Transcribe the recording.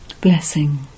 Blessing